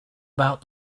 about